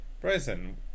Bryson